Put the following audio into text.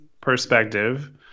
perspective